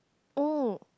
oh